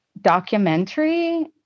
documentary